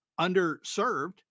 underserved